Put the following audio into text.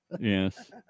yes